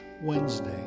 Wednesday